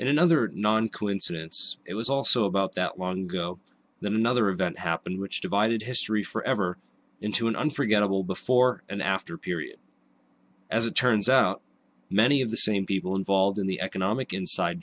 and another non coincidence it was also about that one go then another event happened which divided history forever into an unforgettable before and after period as it turns out many of the same people involved in the economic inside